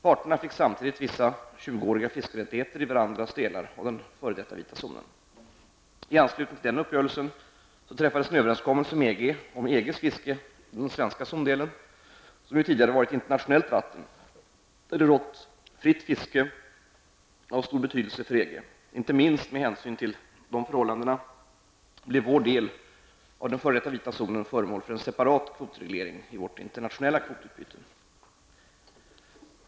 Parterna fick samtidigt vissa tjugoåriga fiskerättigheter i varandras delar av den f.d. vita zonen. I anslutning till denna uppgörelse träffades en överenskommelse med EG om EGs fiske i den svenska zondelen, som ju tidigare har varit internationellt vatten och där det rått fritt fiske av stor betydelse för EG. Inte minst med hänsyn till dessa förhållanden blev vår del av den f.d. vita zonen föremål för en separat kvotreglering i vårt internationella kvotutbyte.